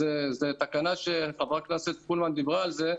אז זו תקנה שחברת הכנסת פרומן דיברה עלייה,